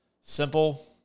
Simple